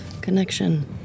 connection